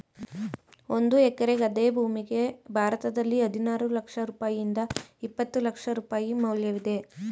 ಒಂದು ಎಕರೆ ಗದ್ದೆ ಭೂಮಿಗೆ ಭಾರತದಲ್ಲಿ ಹದಿನಾರು ಲಕ್ಷ ರೂಪಾಯಿಯಿಂದ ಇಪ್ಪತ್ತು ಲಕ್ಷ ರೂಪಾಯಿ ಮೌಲ್ಯವಿದೆ